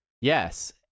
yes